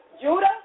Judah